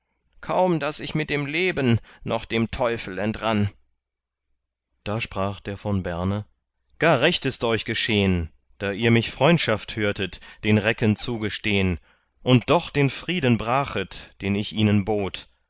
kaum daß ich mit dem leben noch dem teufel entrann da sprach der von berne gar recht ist euch geschehn da ihr mich freundschaft hörtet den recken zugestehn und doch den frieden brachtet den ich ihnen bot